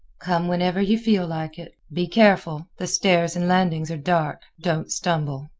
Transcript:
come whenever you feel like it. be careful the stairs and landings are dark don't stumble.